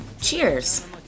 Cheers